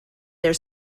their